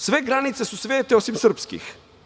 Sve granice su svete osim srpskih.